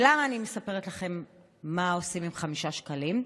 למה אני מספרת לכם מה עושים עם 5 שקלים?